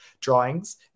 drawings